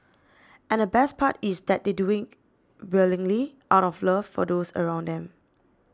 and the best part is that they do it willingly out of love for those around them